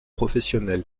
professionnel